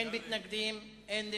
אין מתנגדים ואין נמנעים.